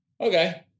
Okay